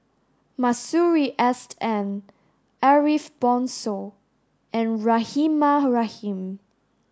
Masuri S N Ariff Bongso and Rahimah Rahim